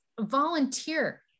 volunteer